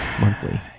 monthly